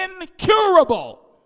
incurable